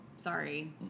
sorry